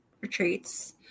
retreats